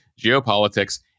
geopolitics